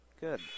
good